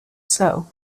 soul